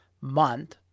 month